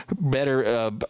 better